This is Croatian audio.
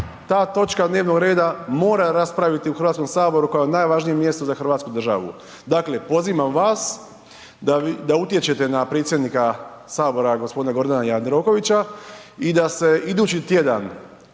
ta točka dnevnog reda mora raspraviti u Hrvatskom saboru kao najvažnijem mjestu za hrvatsku državu. Dakle, pozivam vas da utječete na predsjednika sabora gospodina Gordana Jandrokovića i da se idući tjedan,